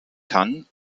kann